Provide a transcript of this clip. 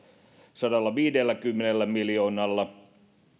sadallaviidelläkymmenellä miljoonalla